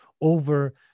over